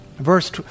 Verse